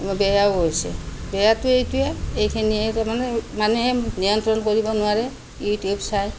বেয়াও হৈছে বেয়াটো এইটোয়ে এইখিনি মানুহে নিয়ন্ত্ৰণ কৰিব নোৱাৰে ইউটিউব চাই